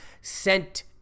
sent